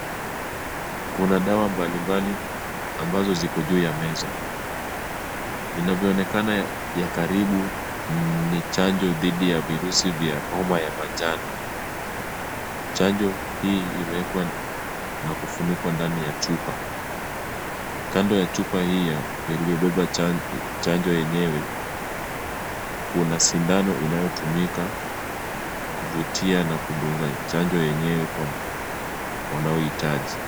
Kuna dawa mbalimbali ambazo ziko juu ya meza. Inavyoonekana ya karibu ni chanjo dhidi ya virusi vya homa ya manjano. Chanjo hii imewekwa na kufunikwa ndani ya chupa. Kando ya chupa hii ya iliyobeba chanjo yenyewe, kuna sindano inayotumika kuvutia na kudunga chanjo yenyewe kwa wanaohitaji.